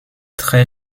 très